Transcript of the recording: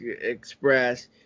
Express